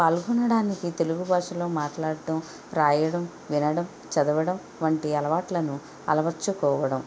పాల్గొనడానికి తెలుగు భాషలో మాట్లాడటం రాయడం వినడం చదవడం వంటి అలవాట్లను అలవర్చుకోవడం